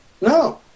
No